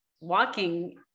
walking